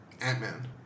Ant-Man